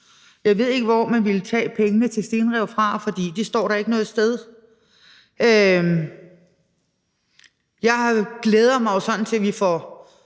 Jeg ved ikke, hvor man vil tage pengene til stenrev fra, for det står der ikke noget om noget sted. Jeg glæder mig jo sådan til, at vi får